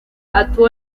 actuó